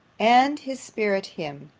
and his spirit him,